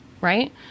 right